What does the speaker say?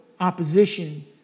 opposition